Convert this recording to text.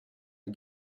ait